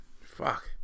Fuck